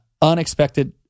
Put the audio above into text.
Unexpected